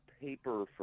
paper